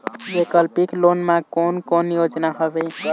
वैकल्पिक लोन मा कोन कोन योजना हवए?